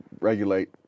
regulate